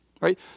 right